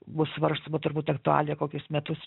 bus svarstoma turbūt aktualija kokius metus